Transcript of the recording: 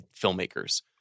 filmmakers